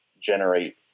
generate